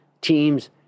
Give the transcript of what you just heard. teams